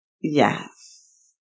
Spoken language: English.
Yes